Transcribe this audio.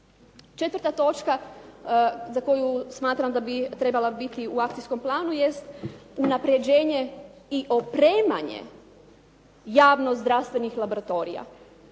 Četvrta točka za koju smatram da bi trebala biti u akcijskom planu jest unaprjeđenje i opremanje javnozdravstvenih laboratorija